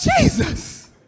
Jesus